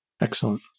Excellent